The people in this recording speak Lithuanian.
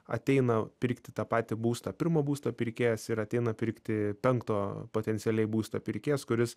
ateina pirkti tą patį būstą pirmo būsto pirkėjas ir ateina pirkti penkto potencialiai būsto pirkėjas kuris